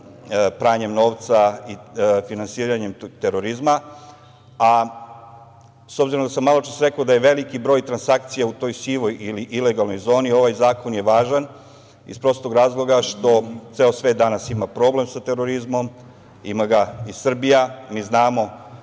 pranjem novca i finansiranjem terorizma.S obzirom, da sam maločas rekao da je veliki broj transakcija u toj sivoj ili ilegalnoj zoni, ovaj zakon je važan iz prostog razloga što ceo svet danas ima problem sa terorizmom, ima ga i Srbija. Mi znamo,